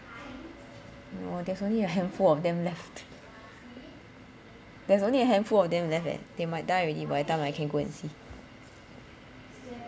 no there's only a handful of them left there's only a handful of them left eh they might die already by the time I can go and see